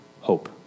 hope